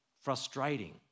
frustrating